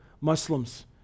Muslims